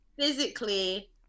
physically